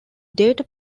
data